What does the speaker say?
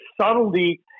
subtlety